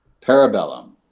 Parabellum